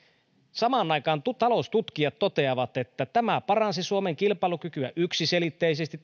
samaan aikaan taloustutkijat toteavat että tämä kilpailukykysopimus paransi suomen kilpailukykyä yksiselitteisesti